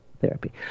Therapy